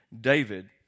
David